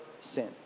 sin